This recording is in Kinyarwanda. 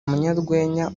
umunyarwenya